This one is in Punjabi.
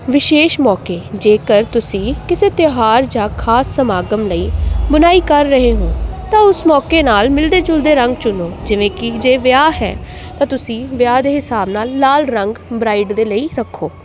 ਵਿਸ਼ੇਸ਼ ਮੌਕੇ ਜੇਕਰ ਤੁਸੀਂ ਕਿਸੇ ਤਿਉਹਾਰ ਜਾਂ ਖਾਸ ਸਮਾਗਮ ਲਈ ਬੁਣਾਈ ਕਰ ਰਹੇ ਹੋ ਤਾਂ ਉਸ ਮੌਕੇ ਨਾਲ ਮਿਲਦੇ ਜੁਲਦੇ ਰੰਗ ਚੁਣੋ ਜਿਵੇਂ ਕਿ ਜੇ ਵਿਆਹ ਹੈ ਤਾਂ ਤੁਸੀਂ ਵਿਆਹ ਦੇ ਹਿਸਾਬ ਨਾਲ ਲਾਲ ਰੰਗ ਬਰਾਈਡ ਦੇ ਲਈ ਰੱਖੋ